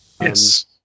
Yes